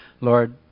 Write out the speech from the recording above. Lord